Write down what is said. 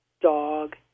dog